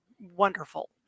wonderful